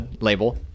label